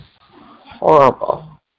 horrible